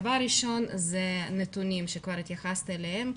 דבר ראשון, נתונים שכבר התייחסת אליהם.